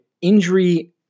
injury